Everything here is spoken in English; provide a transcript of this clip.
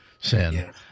sin